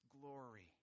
glory